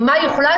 מה יוחלט?